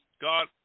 God